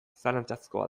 zalantzazkoa